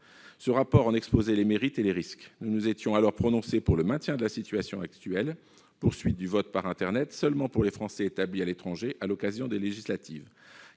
Ce document en exposait les mérites et les risques. Nous nous étions alors prononcés pour le maintien de la situation actuelle : poursuite du vote par internet seulement pour les Français établis à l'étranger, à l'occasion des élections